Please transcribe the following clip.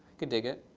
can dig it.